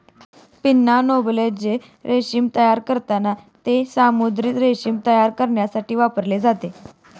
pinna nobilis जे रेशीम तयार करतात, ते समुद्री रेशीम तयार करण्यासाठी वापरले जाते